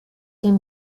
him